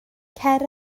cer